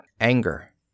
Anger